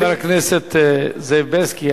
חבר הכנסת זאב בילסקי,